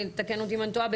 תקן אותי אם אני טועה,